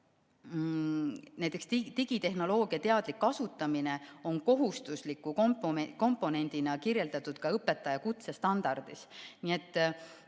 digitehnoloogia teadlik kasutamine on kohustusliku komponendina kirjeldatud ka õpetaja kutsestandardis.